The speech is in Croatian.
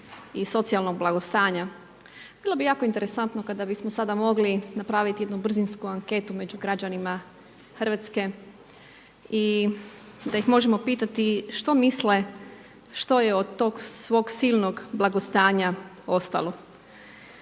i socijalnog blagostanja. Bilo bi jako interesantno kada bismo samo mogli napraviti jednu brzinsku anketu među građanima Hrvatske i da ih možemo pitati što misle što je od tog svog silnog blagostanja ostalo.